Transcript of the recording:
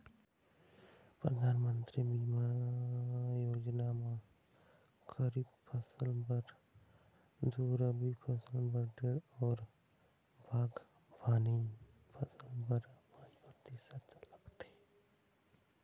परधानमंतरी फसल बीमा योजना म खरीफ फसल बर दू, रबी फसल बर डेढ़ अउ बागबानी फसल बर पाँच परतिसत रासि लागथे